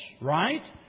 Right